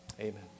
amen